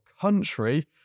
country